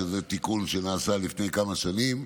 שזה תיקון שנעשה לפני כמה שנים,